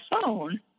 phone